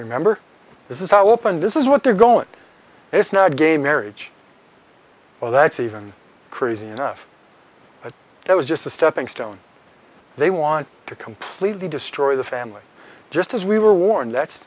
remember this is how open this is what they're going and it's not gay marriage or that's even crazy enough that it was just a stepping stone they want to completely destroy the family just as we were warned